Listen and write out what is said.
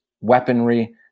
weaponry